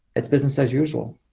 it's business as usual.